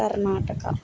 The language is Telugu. కర్ణాటక